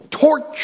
torture